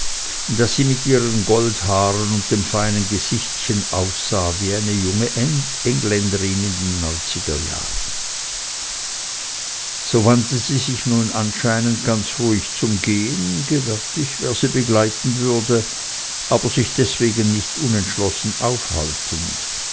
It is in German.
daß sie mit ihren goldhaaren und dem feinen gesichtchen aussah wie eine junge engländerin aus den neunziger jahren so wandte sie sich nun anscheinend ganz ruhig zum gehen gewärtig wer sie begleiten würde aber sich deswegen nicht unentschlossen aufhaltend